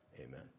amen